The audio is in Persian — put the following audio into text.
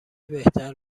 بهتر